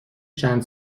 چند